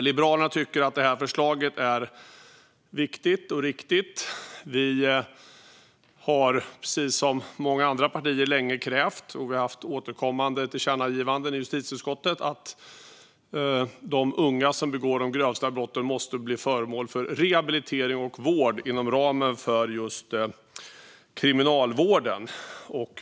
Liberalerna tycker att det här förslaget är viktigt och riktigt. Vi, precis som många andra partier, har haft återkommande tillkännagivanden i justitieutskottet och har länge krävt att de unga som begår de grövsta brotten ska bli föremål för rehabilitering och vård inom ramen för Kriminalvården.